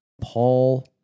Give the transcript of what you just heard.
Paul